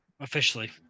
Officially